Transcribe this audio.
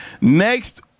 next